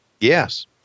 Yes